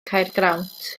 caergrawnt